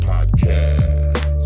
Podcast